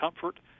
comfort